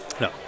No